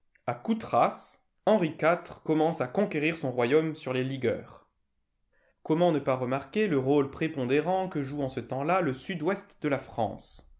a coutras henri iv commence à conquérir son royaume sur les ligueurs comment ne pas remarquer le rôle prépondérant que joue en ce temps-là le sud-ouest de la france